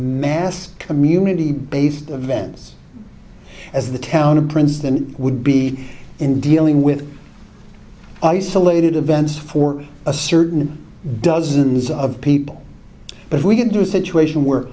mass community based events as the town of princeton would be in dealing with isolated events for a certain dozens of people but we can do situation were